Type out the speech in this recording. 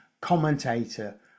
commentator